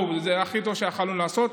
זה הכי טוב שיכולנו לעשות.